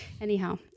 Anyhow